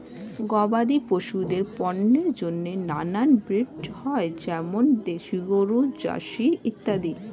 গবাদি পশুদের পণ্যের জন্য নানান ব্রিড হয়, যেমন দেশি গরু, জার্সি ইত্যাদি